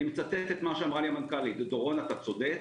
אני מצטט את מה שאמרה לי המנכ"לית: אתה צודק,